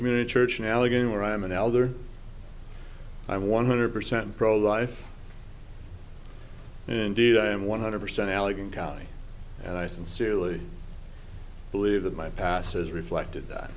community church in allegan where i am an elder i'm one hundred percent pro life and indeed i am one hundred percent allegan county and i sincerely believe that my past has reflected that